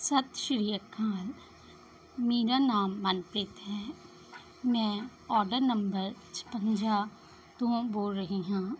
ਸਤਿ ਸ਼੍ਰੀ ਅਕਾਲ ਮੇਰਾ ਨਾਮ ਮਨਪ੍ਰੀਤ ਹੈ ਮੈਂ ਓਡਰ ਨੰਬਰ ਛਿਵੰਜਾ ਤੋਂ ਬੋਲ ਰਹੀ ਹਾਂ